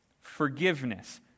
Forgiveness